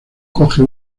coge